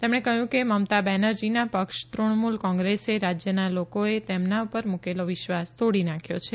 તેમણે કહ્યું કે મમતા બેનર્જીના પક્ષ તૃણમુલ કોંગ્રેસે રાજ્યના લોકોએ તેમના પર મુકેલો વિશ્વાસ તોડી નાખ્યો છે